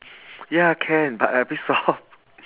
ya can but a bit soft